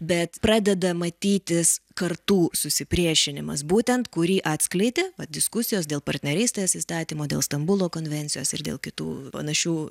bet pradeda matytis kartų susipriešinimas būtent kurį atskleidė vat diskusijos dėl partnerystės įstatymo dėl stambulo konvencijos ir dėl kitų panašių